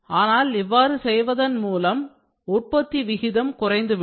ஆனால் இவ்வாறு செய்வதன் மூலம் உற்பத்தி விகிதம் குறைந்துவிடும்